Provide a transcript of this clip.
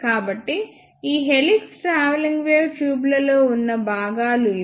కాబట్టి ఈ helix travelling wave ట్యూబ్లలో ఉన్న భాగాలు ఇవి